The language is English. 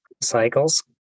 cycles